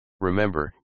Remember